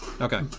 Okay